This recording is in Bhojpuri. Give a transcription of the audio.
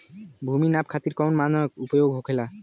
भूमि नाप खातिर कौन मानक उपयोग होखेला?